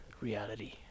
reality